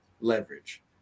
leverage